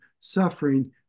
suffering